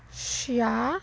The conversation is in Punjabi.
ਸ਼ੀਆ